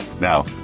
Now